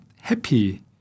happy